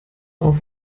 auf